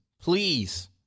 Please